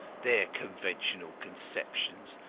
their conventional conceptions,